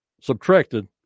subtracted